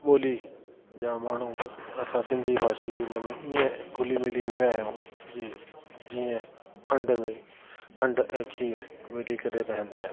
ॿोली जा माण्हू असां सिंधी भाषी बि इन में ईअं घुली मिली विया आहियूं जे जीअं खंड में खंडु ऐं खीरु मिली करे रहंदा आहिनि